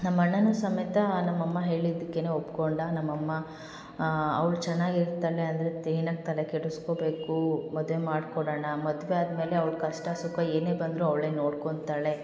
ನಮ್ಮ ಅಣ್ಣನೂ ಸಮೇತ ನಮ್ಮ ಅಮ್ಮ ಹೇಳಿದಿಕ್ಕೆ ಒಪ್ಪಿಕೊಂಡ ನಮ್ಮ ಅಮ್ಮ ಅವ್ಳು ಚೆನ್ನಾಗಿ ಇರ್ತಾಳೆ ಅಂದರೆ ತೆ ಏನಕ್ಕೆ ತಲೆ ಕೆಡಿಸ್ಕೊಬೇಕು ಮದುವೆ ಮಾಡಿಕೊಡೋಣ ಮದುವೆ ಆದಮೇಲೆ ಅವ್ಳು ಕಷ್ಟ ಸುಖ ಏನೇ ಬಂದರೂ ಅವಳೇ ನೋಡ್ಕೊತಾಳೆ